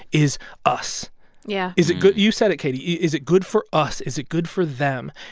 is us yeah is it good you said it, katie. is it good for us? is it good for them?